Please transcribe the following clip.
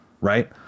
right